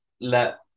let